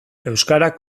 euskara